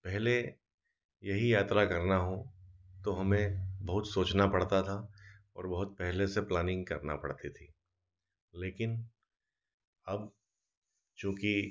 पहले यही यात्रा करनी हो तो हमें बहुत सोचना पड़ता था और बहुत पहले से प्लानिन्ग करनी पड़ती थी लेकिन अब चूँकि